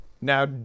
Now